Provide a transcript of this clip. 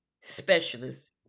specialist